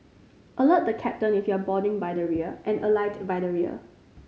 alert the captain if you're boarding by the rear and alight by the rear